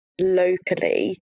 locally